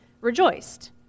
rejoiced